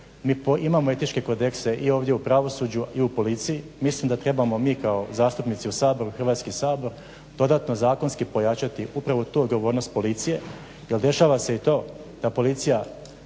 Mi imamo etičke kodekse i ovdje u pravosuđu i u policiji. Mislim da trebamo mi kao zastupnici u Hrvatskom saboru, Hrvatski sabor dodatno zakonski pojačati upravo tu odgovornost policije